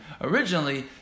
originally